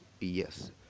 yes